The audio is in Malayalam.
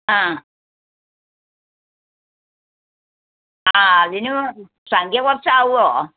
ആ ആ അതിന് സംഖ്യ കുറച്ച് ആവുമോ